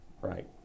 right